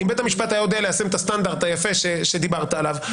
אם בית המשפט היה יודע ליישם את הסטנדרט היפה שדיברת עליו,